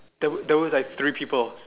there there was like three people